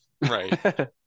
right